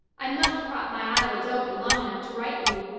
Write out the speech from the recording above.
i must prop my eyelids open long enough to write you.